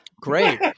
Great